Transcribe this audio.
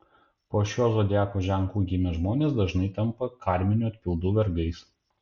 po šiuo zodiako ženklu gimę žmonės dažnai tampa karminių atpildų vergais